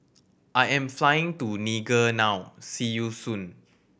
I am flying to Niger now see you soon